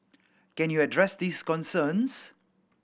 can you address these concerns